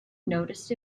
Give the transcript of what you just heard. noticed